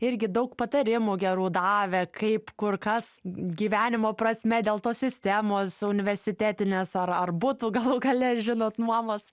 irgi daug patarimų gerų davė kaip kur kas gyvenimo prasme dėl tos sistemos universitetinės ar ar būtų galų gale žinot nuomos